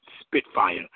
Spitfire